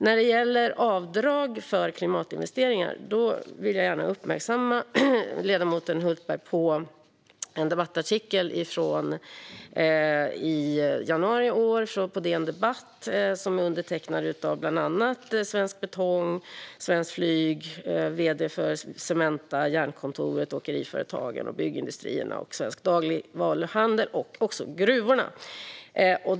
När det gäller avdrag för klimatinvesteringar vill jag gärna uppmärksamma ledamoten Hultberg på en debattartikel från januari i år på DN Debatt, undertecknad av bland andra Svensk Betong, Svenskt Flyg, vd:n för Cementa, Jernkontoret, Åkeriföretagen, Sveriges Byggindustrier, Svensk Dagligvaruhandel samt gruvorna.